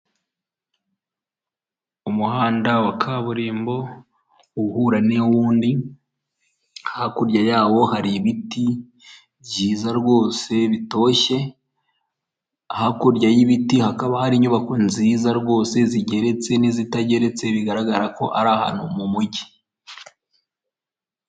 Umuhanda wa kaburimbo uhura n'uwundi hakurya yawo hari ibiti byiza rwose bitoshye hakurya y'ibiti hakaba hari inyubako nziza rwose zigeretse n'izitageretse bigaragara ko ari ahantu mu mujyi .